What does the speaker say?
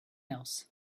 else